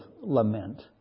lament